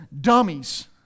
dummies